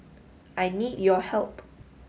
I need your help